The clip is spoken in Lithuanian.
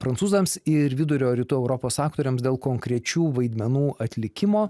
prancūzams ir vidurio rytų europos aktoriams dėl konkrečių vaidmenų atlikimo